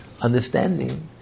understanding